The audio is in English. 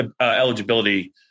eligibility